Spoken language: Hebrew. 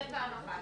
זה פעם אחת.